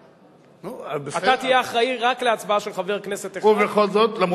אותה גבעה שבה נהרגו לוחמי צנחנים בעת